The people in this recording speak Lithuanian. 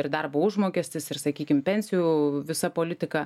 ir darbo užmokestis ir sakykim pensijų visa politika